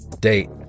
Date